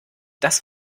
das